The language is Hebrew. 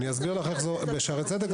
אני יכול להגיד לך איך זה עובד ב"שערי צדק".